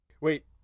Wait